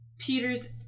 Peter's